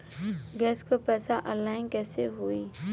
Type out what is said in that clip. Gas क पैसा online कइसे होई?